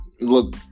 look